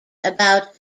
about